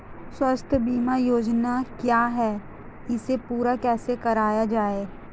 स्वास्थ्य बीमा योजना क्या है इसे पूरी कैसे कराया जाए?